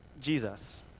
Jesus